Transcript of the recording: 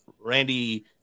Randy